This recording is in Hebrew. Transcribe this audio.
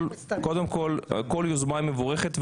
כול יוזמה היא מבורכת,